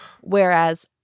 whereas